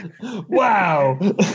Wow